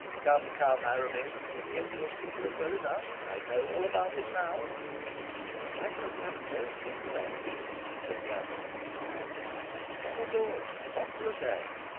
come, come, arabin, you have kept your secret well enough. i know all about it now i have had no secret, archdeacon said the other with a quiet smile. none at all not for a day.